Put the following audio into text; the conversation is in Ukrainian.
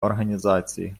організації